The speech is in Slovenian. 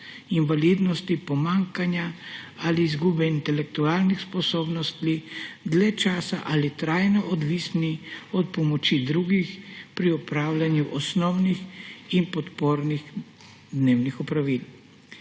invalidnosti, pomanjkanja ali izgube intelektualnih sposobnosti dlje časa ali trajno odvisni od pomoči drugih pri opravljanju osnovnih in podpornih dnevnih opravil.